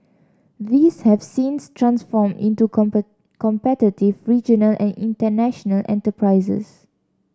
these have since transformed into competitive regional and international enterprises